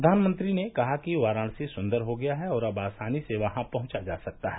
प्रधानमंत्री ने कहा कि वाराणसी सुंदर हो गया है और अब आसानी से वहां पहुंचा जा सकता है